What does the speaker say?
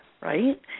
right